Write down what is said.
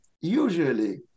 usually